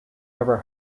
ever